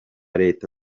leta